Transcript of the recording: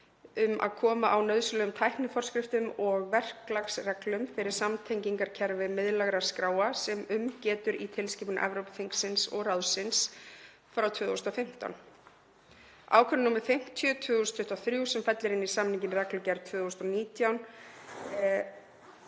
um að koma á nauðsynlegum tækniforskriftum og verklagsreglum fyrir samtengingarkerfi miðlægra skráa sem um getur í tilskipun Evrópuþingsins og ráðsins (ESB) 2015/849. 4. Ákvörðun nr. 50/2023 sem fellir inn í samninginn reglugerð